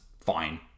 fine